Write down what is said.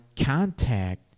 contact